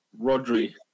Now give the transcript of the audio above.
Rodri